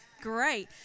Great